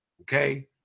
okay